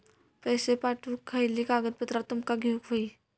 पैशे पाठवुक खयली कागदपत्रा तुमका देऊक व्हयी?